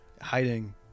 hiding